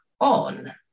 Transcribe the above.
on